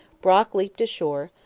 brock leaped ashore,